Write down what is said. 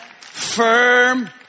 firm